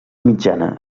mitjana